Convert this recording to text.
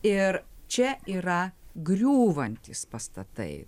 ir čia yra griūvantys pastatai